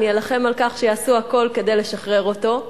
אני אלחם על כך שיעשו הכול כדי לשחרר אותו,